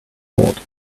lord